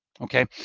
Okay